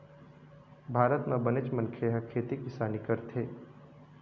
भारत म बनेच मनखे ह खेती किसानी करथे